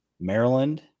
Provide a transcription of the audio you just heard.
Maryland